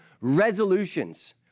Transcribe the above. resolutions